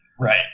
Right